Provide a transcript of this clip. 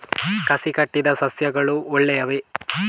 ಕಸಿ ಕಟ್ಟಿದ ಸಸ್ಯಗಳು ಒಳ್ಳೆಯವೇ?